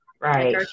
right